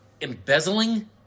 embezzling